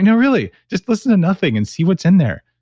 you know really, just listening to nothing and see what's in there.